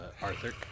Arthur